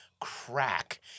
crack